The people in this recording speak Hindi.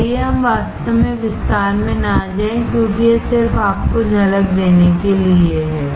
तो आइए हम वास्तव में विस्तार में न जाएं क्योंकि यह सिर्फ आपको एक झलक देने के लिए है